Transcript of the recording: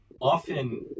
often